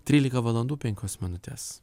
trylika valandų penkios minutės